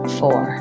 four